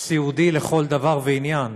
סיעודי לכל דבר ועניין,